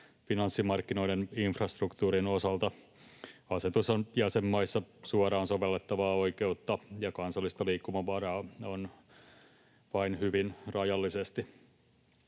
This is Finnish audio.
finanssimarkkinoiden infrastruktuurin osalta. Asetus on jäsenmaissa suoraan sovellettavaa oikeutta, ja kansallista liikkumavaraa on vain hyvin rajallisesti.